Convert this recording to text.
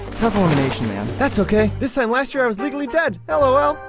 tough elimination, man. that's ok! this time last year i was legally dead lol.